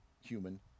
human